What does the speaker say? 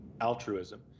altruism